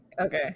okay